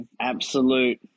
absolute